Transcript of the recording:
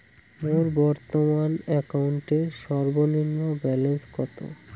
মোর বর্তমান অ্যাকাউন্টের সর্বনিম্ন ব্যালেন্স কত?